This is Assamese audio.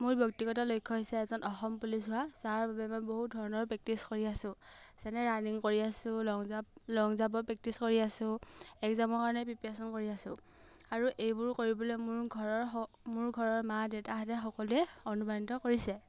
মোৰ ব্যক্তিগত লক্ষ্য হৈছে এজন অসম পুলিচ হোৱা যাৰ বাবে মই বহুত ধৰণৰ প্ৰেক্টিছ কৰি আছোঁ যেনে ৰানিং কৰি আছোঁ লং জাঁপ লং জাঁপৰ প্ৰেক্টিছ কৰি আছোঁ একজামৰ কাৰণে প্ৰিপেয়াৰেশ্যন কৰি আছোঁ আৰু এইবোৰ কৰিবলৈ মোৰ ঘৰৰ মোৰ ঘৰৰ মা দেতাহঁতে সকলোৱে অনুপ্ৰাণিত কৰিছে